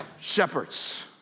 shepherds